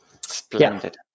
Splendid